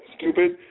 stupid